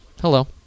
Hello